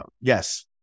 Yes